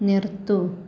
നിർത്തൂ